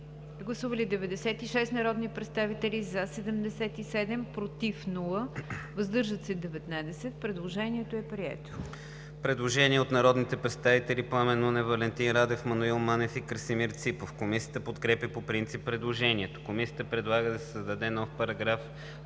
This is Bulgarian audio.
Гласували 96 народни представители: за 77, против няма, въздържали се 19. Предложението е прието. ДОКЛАДЧИК КРАСИМИР ЦИПОВ: Предложение от народните представители Пламен Нунев, Валентин Радев, Маноил Манев и Красимир Ципов. Комисията подкрепя по принцип предложението. Комисията предлага да се създаде нов §